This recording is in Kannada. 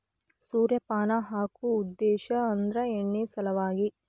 ಸೂರ್ಯಪಾನ ಹಾಕು ಉದ್ದೇಶ ಅಂದ್ರ ಎಣ್ಣಿ ಸಲವಾಗಿ